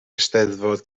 eisteddfod